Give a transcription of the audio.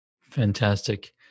Fantastic